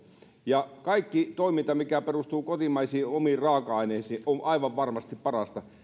ja kaikki toiminta mikä perustuu kotimaisiin omiin raaka aineisiin on aivan varmasti parasta